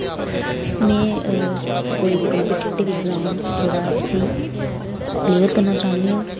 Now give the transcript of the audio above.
में कोई competitive exam जेह्ड़ा उसी क्लेअर करना चाह्न्नी आं